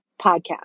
podcast